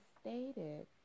stated